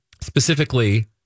specifically